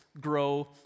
grow